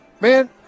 man